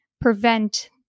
prevent